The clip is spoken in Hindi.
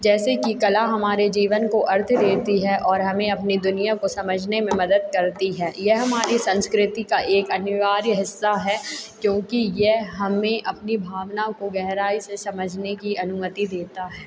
जैसे कि कला हमारे जीवन को अर्थ देती है और हमें अपने दुनिया को समझने में मदद करती है यह हमारी संस्कृति का एक अनिवार्य हिस्सा है क्योंकि यह हमें अपनी भावना को गहराई से समझने की अनुमति देता है